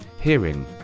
hearing